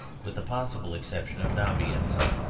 with the possible exception of dombey and son.